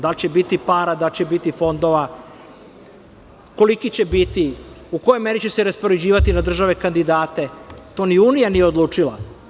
Da li će biti para, da li će biti fondova, koliki će biti, u kojoj meri će se raspoređivati na države kandidate, to ni Unija nije odlučila.